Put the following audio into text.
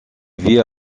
vit